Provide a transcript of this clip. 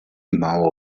mało